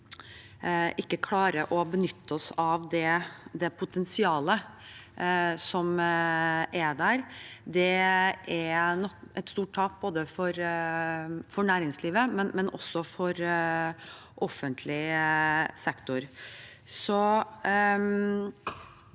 ikke klarer å benytte oss av det potensialet som er der, er et stort tap både for næringslivet og for offentlig sektor.